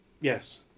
Yes